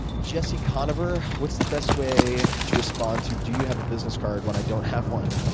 jesse konover what's the best way to respond to, do you have a business card, when i don't have one?